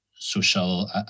social